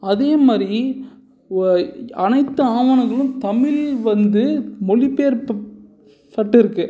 அதே மாதிரி ஓ அனைத்து ஆவணங்களும் தமிழ் வந்து மொழிபெயர்ப்பு பட்டுருக்குது